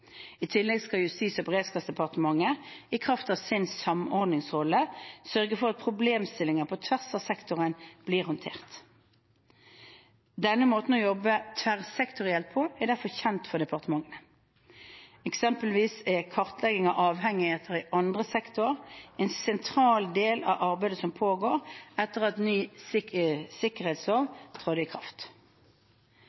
I tillegg skal Justis- og beredskapsdepartementet i kraft av sin samordningsrolle sørge for at problemstillinger på tvers av sektorer blir håndtert. Denne måten å jobbe tverrsektorielt på er derfor kjent for departementene. Eksempelvis er kartlegging av avhengigheter i andre sektorer en sentral del av arbeidet som pågår, etter at ny sikkerhetslov